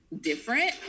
different